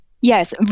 Yes